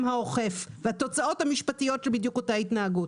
האוכף והתוצאות המשפטיות של אותה התנהגות.